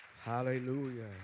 hallelujah